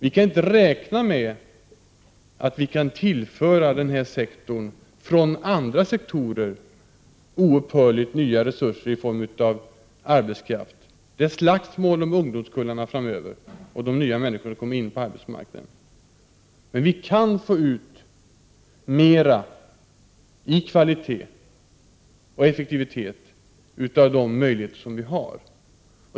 Vi kan inte räkna med att kunna oupphörligt tillföra de sektorerna nya resurser i form av arbetskraft från andra sektorer. Framöver blir det slagsmål om ungdomskullarna och de nya människor som kommer in på arbetsmarknaden. Men vi kan få ut mer i kvalitet och effektivitet av de möjligheter vi har.